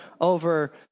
over